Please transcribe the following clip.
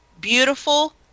beautiful